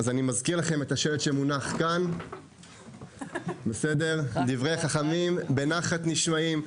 אני מזכיר לכם את השלט שמונח כאן בפניי: דברי חכמים בנחת נשמעים.